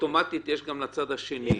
אוטומטית יש גם לצד השני.